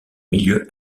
milieu